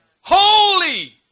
Holy